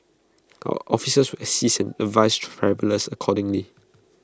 our officers will assist and advise travellers accordingly